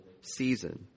season